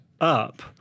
up